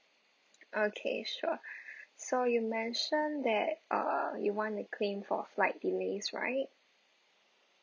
okay so so you mention that uh you want to claim for flight delays right